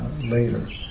later